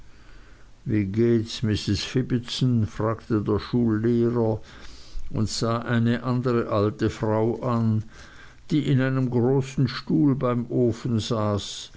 wie gehts mrs fibbitson fragte der schullehrer und sah eine andere alte frau an die in einem großen stuhl beim ofen saß